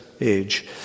age